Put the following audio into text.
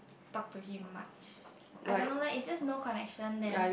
talk to him much I don't know leh it's just no connection then